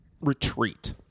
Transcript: retreat